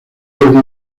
jordi